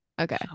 Okay